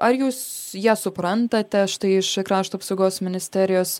ar jūs ją suprantate štai iš krašto apsaugos ministerijos